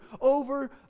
over